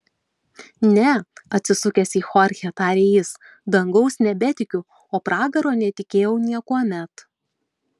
ne atsisukęs į chorchę tarė jis dangaus nebetikiu o pragaro netikėjau niekuomet